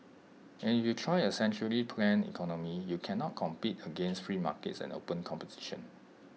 and if you try A centrally planned economy you cannot compete against free markets and open competition